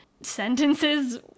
sentences